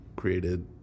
created